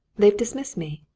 they've dismissed me.